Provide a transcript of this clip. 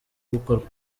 gukorwa